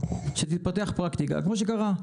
שתתפתח פרקטיקה כמו שקרה,